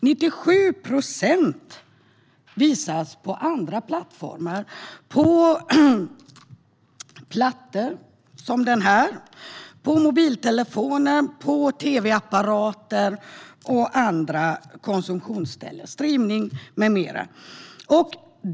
97 procent visas på andra plattformar - datorplattor, mobiltelefoner, tv-apparater och andra konsumtionsställen. Det är streamning med mera.